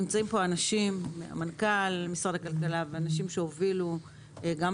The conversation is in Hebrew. נמצאים פה מנכ"ל משרד הכלכלה ואנשים שהובילו את כל הרפורמה הזאת גם